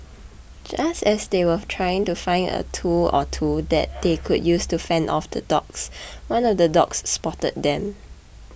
just as they were trying to find a tool or two that they could use to fend off the dogs one of the dogs spotted them